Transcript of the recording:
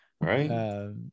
Right